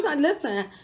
listen